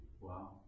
Wow